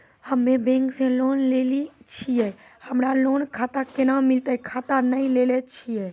हम्मे बैंक से लोन लेली छियै हमरा लोन खाता कैना मिलतै खाता नैय लैलै छियै?